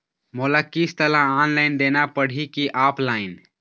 मोला किस्त ला ऑनलाइन देना पड़ही की ऑफलाइन?